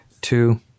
two